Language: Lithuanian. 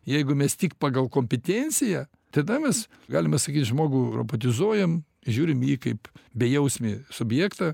jeigu mes tik pagal kompetenciją tada mes galima sakyt žmogų robotizuojam žiūrim į jį kaip bejausmį subjektą